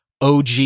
OG